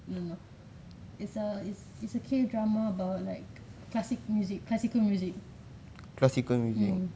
no no it's a it's a K drama about like classic music classical music mm